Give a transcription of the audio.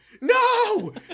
No